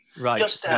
Right